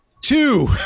Two